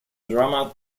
drama